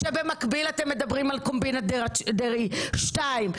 כשבמקביל אתם מדברים על קומבינת דרעי שתיים,